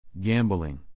Gambling